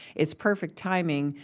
it's perfect timing,